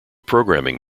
programming